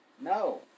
No